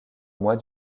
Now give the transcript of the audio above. mois